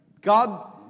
God